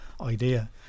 idea